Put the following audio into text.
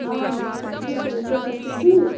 آ بہٕ چھَس ٹھیٖک بِلکُل تُہۍ چھُو ٹھیٖک